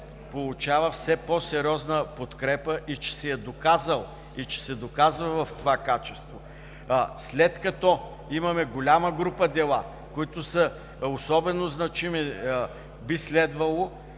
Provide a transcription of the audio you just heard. получава все по-сериозна подкрепа и че се е доказал в това качество. След като имаме голяма група дела, които са особено значими, и имаме